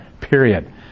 period